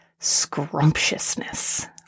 scrumptiousness